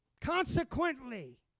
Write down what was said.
Consequently